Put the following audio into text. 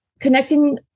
connecting